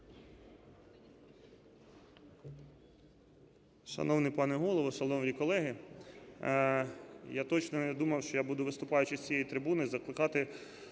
Шановний пане Голово, шановні колеги, я точно не думав, що я буду, виступаючи з цієї трибуни, закликати